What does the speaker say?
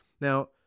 now